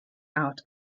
out